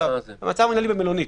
זה מעצר מינהלי במלונית.